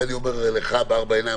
אני אומר לך בארבע עיניים,